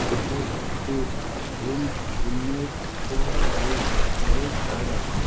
কোকোসুত্রের কোন পণ্যের উপর এই সপ্তাহে ছাড় আছে